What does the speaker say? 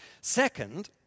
Second